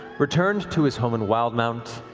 returned to his home in wildemount,